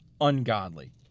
ungodly